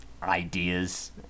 ideas